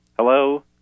Hello